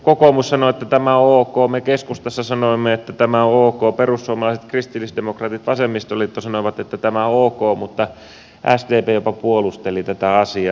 kokoomus sanoi että tämä on ok me keskustassa sanoimme että tämä on ok perussuomalaiset kristillisdemokraatit vasemmistoliitto sanoivat että tämä on ok mutta sdp jopa puolusteli tätä asiaa